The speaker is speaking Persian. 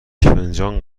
فنجان